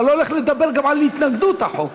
אתה לא הולך לדבר גם על התנגדות לחוק.